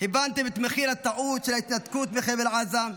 הבנתם את מחיר הטעות של ההתנתקות מחבל עזה,